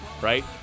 right